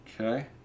okay